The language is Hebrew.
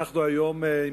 אדוני היושב-ראש,